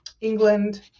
England